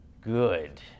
good